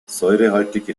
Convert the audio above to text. säurehaltige